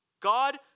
God